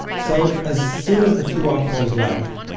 so as soon as the two officers left,